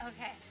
Okay